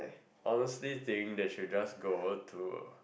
honestly think they should just go to